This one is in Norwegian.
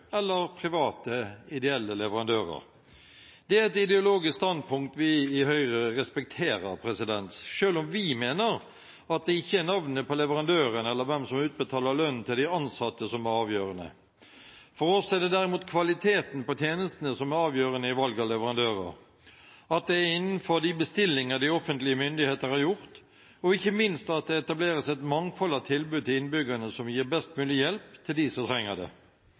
eller private ideelle leverandører. Det er et ideologisk standpunkt vi i Høyre respekterer, selv om vi mener at det ikke er navnet på leverandøren eller hvem som utbetaler lønn til de ansatte, som er avgjørende. For oss er det derimot kvaliteten på tjenestene som er avgjørende i valg av leverandører, at det er innenfor de bestillinger de offentlige myndigheter har gjort, og ikke minst at det etableres et mangfold av tilbud til innbyggerne som gir best mulig hjelp til dem som trenger det.